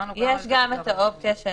יש גם את האופציה של